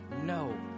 No